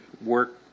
work